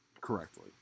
correctly